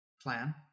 plan